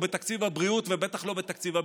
בתקציב הבריאות ובטח לא בתקציב הביטחון.